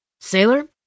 Sailor